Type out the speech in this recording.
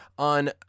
On